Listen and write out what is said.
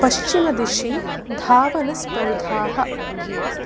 पश्चिमदिशि धावनस्पर्धाः